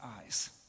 eyes